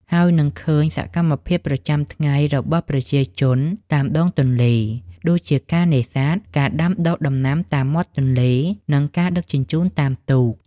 ហើយនឹងឃើញសកម្មភាពប្រចាំថ្ងៃរបស់ប្រជាជនតាមដងទន្លេ ដូចជាការនេសាទ ការដាំដុះដំណាំតាមមាត់ទន្លេ និងការដឹកជញ្ជូនតាមទូក។